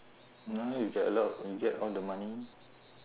you know you get a lot you get all the money